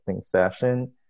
session